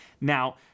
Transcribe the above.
Now